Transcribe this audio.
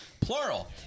Plural